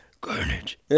carnage